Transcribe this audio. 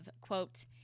quote